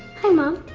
hi mom.